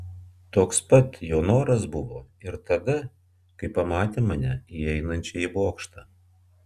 toks pat jo noras buvo ir tada kai pamatė mane įeinančią į bokštą